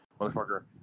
Motherfucker